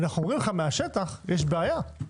ואנחנו אומרים: מהשטח, יש בעיה.